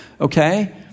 okay